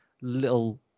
little